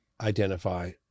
identify